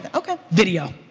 and okay. video.